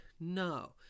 No